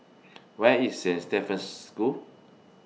Where IS Saint Stephen's School